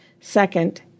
Second